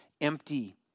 empty